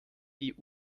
die